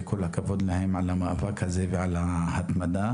וכל הכבוד להם על המאבק ועל ההתמדה,